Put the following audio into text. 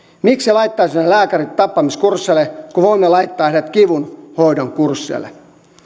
miksi laittaisimme lääkärit tappamiskursseille kun voimme laittaa heidät kivunhoidon kursseille